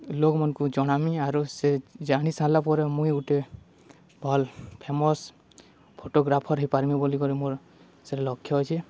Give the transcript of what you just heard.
ଲୋକ୍ମାନ୍କୁ ଜଣାମି ଆରୁ ସେ ଜାଣିସାର୍ଲା ପରେ ମୁଇଁ ଗୁଟେ ଭଲ୍ ଫେମସ୍ ଫଟୋଗ୍ରାଫର୍ ହେଇପାର୍ମି ବୋଲିିକରି ମୋର୍ ସେଟା ଲକ୍ଷ୍ୟ ଅଛେ